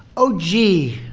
oh, gee,